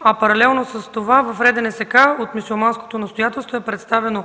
а паралелно с това в РДНСК от Мюсюлманското настоятелство е представен